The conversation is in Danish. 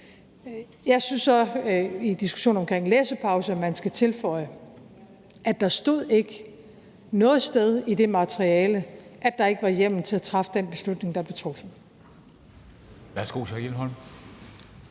at man i diskussionen om en læsepause skal tilføje, at der ikke stod noget sted i det materiale, at der ikke var hjemmel til at træffe den beslutning, der blev truffet. Kl.